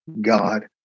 God